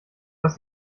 was